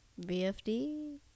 BFD